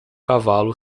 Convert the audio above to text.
cavalo